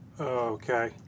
Okay